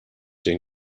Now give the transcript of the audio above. den